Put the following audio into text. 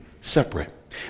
separate